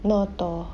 no thor